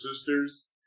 Sisters